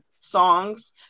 songs